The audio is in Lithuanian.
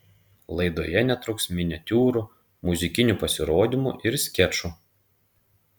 laidoje netruks miniatiūrų muzikinių pasirodymų ir skečų